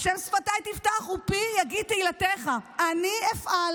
"ה' שפתַי תפתח ופי יגיד תהִלתך" אני אפעל